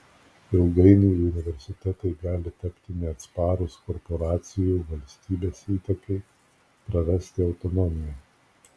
ilgainiui universitetai gali tapti neatsparūs korporacijų valstybės įtakai prarasti autonomiją